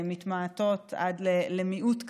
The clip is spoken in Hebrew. מתמעטות עד למיעוט קטן.